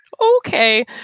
Okay